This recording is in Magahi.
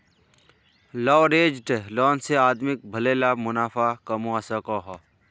लवरेज्ड लोन से आदमी भले ला मुनाफ़ा कमवा सकोहो